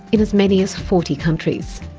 in as many as forty countries.